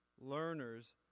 learners